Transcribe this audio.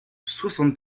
soixante